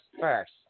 first